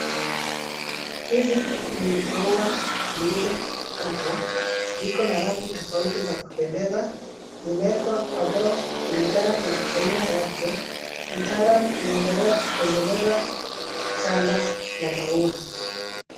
Hizi ni maua zilizokatwa. Ziko na rangi ya kupendeza. Zimewekwa kwa ndoo kulingana na aina yake. Mtaalamu anaendelea kutengeneza shamba la maua.